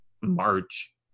March